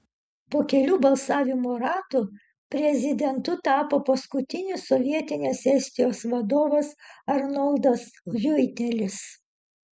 po kelių balsavimo ratų prezidentu tapo paskutinis sovietinės estijos vadovas arnoldas riuitelis